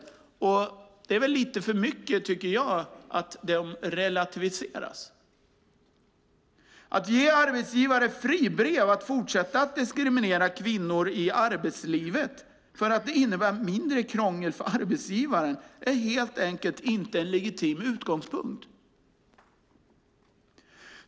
Men det är väl lite för mycket, tycker jag, att dessa relativiseras. Att ge arbetsgivare fribrev att fortsätta att diskriminera kvinnor i arbetslivet därför att det innebär mindre krångel för arbetsgivaren är helt enkelt inte en legitim utgångspunkt.